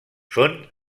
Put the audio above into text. són